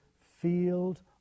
field